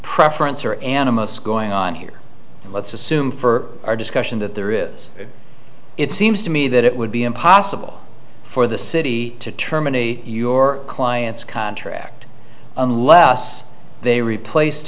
preference or animus going on here let's assume for our discussion that there is it seems to me that it would be impossible for the city to terminate your client's contract unless they replaced